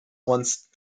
once